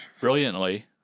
brilliantly